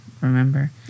remember